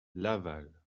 laval